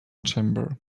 chamber